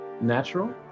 natural